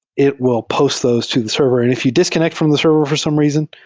it will post those to the server. and if you disconnect from the server for some reason,